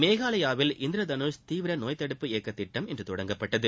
மேகாலயாவில் இந்திரதனுஷ் தீவிர நோய்த்தடுப்பு இயக்க திட்டம் இன்று தொடங்கப்பட்டது